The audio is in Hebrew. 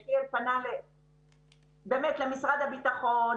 יחיאל פנה למשרד הביטחון,